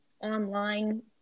online